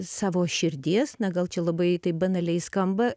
savo širdies na gal čia labai taip banaliai skamba